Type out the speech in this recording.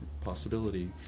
possibility